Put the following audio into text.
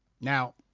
Now